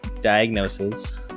diagnosis